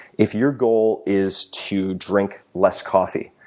if your goal is to drink less coffee,